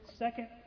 second